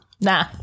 Nah